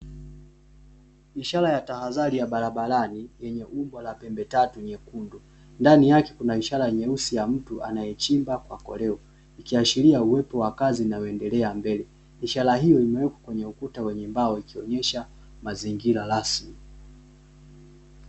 Ishara ya tahadhari ya barabarani yenye umbo la pembe tatu nyekundu, ndani yake kuna ishara nyeusi ya mtu anaechimba kwa koleo, ikiashiria uwepo wa kazi inayoendelea mbele ishara hiyo imewekwa kwenye ukuta wenye mbao ikionesha mazingira rasmi.